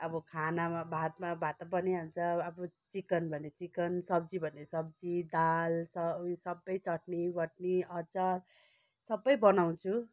अब खानामा भातमा भात त बनिहाल्छ अब चिकन भने चिकन सब्जी भने सब्जी दाल स उयो सबै चट्नी वट्नी अचार सबै बनाउँछु